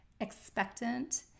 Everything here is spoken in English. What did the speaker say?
expectant